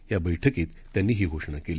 या बैठकीत त्यांनी ही घोषणा केली